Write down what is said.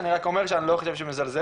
אני רק אומר שאני לא חושב שמזלזלים,